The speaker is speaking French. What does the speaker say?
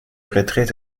retrait